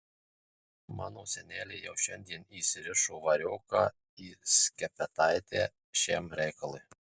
mano senelė jau šiandien įsirišo varioką į skepetaitę šiam reikalui